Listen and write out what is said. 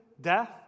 death